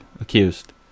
accused